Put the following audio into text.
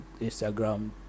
Instagram